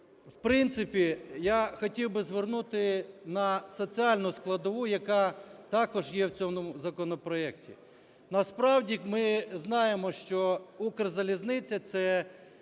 в принципі я хотів би звернути на соціальну складову, яка також є в цьому законопроектів. Насправді ми знаємо, що "Укрзалізниця" це